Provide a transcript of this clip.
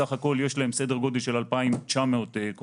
בסך הכל יש להם סדר גודל של 2,900 כוננים.